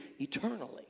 eternally